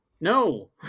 No